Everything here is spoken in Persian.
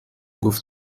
گفت